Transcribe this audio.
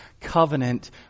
covenant